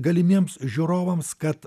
galimiems žiūrovams kad